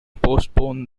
postpone